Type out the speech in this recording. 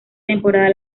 temporada